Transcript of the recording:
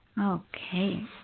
Okay